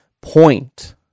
point